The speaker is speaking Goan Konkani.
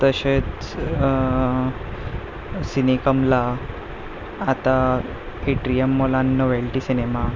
तशेंच सिने कम्ला आतां एट्रियम मॉलांत नोव्हेल्टी सिनेमा